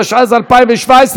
התשע"ז 2017,